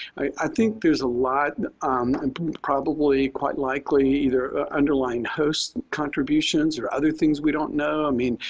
i think there's a lot um um probably, quite likely, either underlying host contributions or other things we don't know. i mean,